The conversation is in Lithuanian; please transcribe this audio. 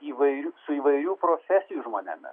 įvairių su įvairių profesijų žmonėmis